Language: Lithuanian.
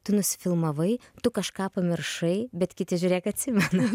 tu nusifilmavai tu kažką pamiršai bet kiti žiūrėk atsimena